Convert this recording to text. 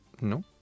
No